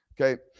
okay